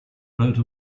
wrote